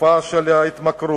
תופעה של התמכרות,